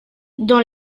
dans